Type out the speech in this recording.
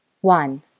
one